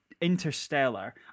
Interstellar